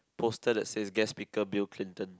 poster that says guest speaker Bill-Clinton